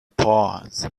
pause